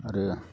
आरो